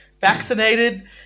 vaccinated